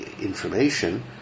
information